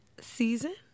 season